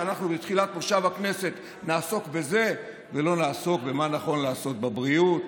שאנחנו בתחילת מושב הכנסת נעסוק בזה ולא נעסוק במה נכון לעשות בבריאות,